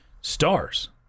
stars